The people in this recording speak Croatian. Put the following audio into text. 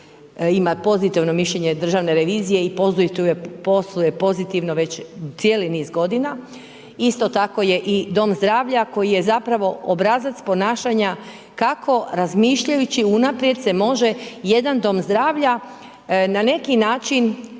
ima pozitivno mišljenje državne revizije i posluje pozitivno već cijeli niz godina. Isto tako je i dom zdravlja koji je zapravo obrazac ponašanja kako razmišljajući unaprijed se može jedan dom zdravlja na neki način,